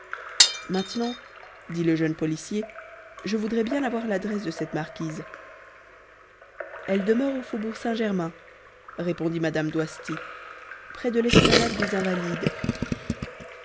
maintenant dit le jeune policier je voudrais bien avoir l'adresse de cette marquise elle demeure au faubourg saint-germain répondit mme doisty près de l'esplanade des invalides